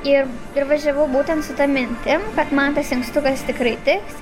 ir ir važiavau būtent su ta mintim kad man tas inkstukas tikrai tiks